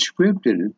scripted